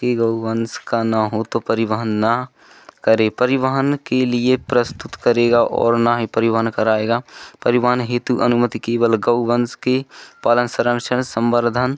की गौ वंश का न हो तो परिवहन न करे परिवहन के लिए प्रस्तुत करेगा और न ही परिवहन कराएगा परिवहन हेतु अनुमति केवल गौ वंश के पालन संरक्षण सम्वर्धन